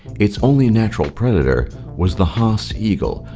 its only natural predator was the haast's eagle,